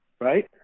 Right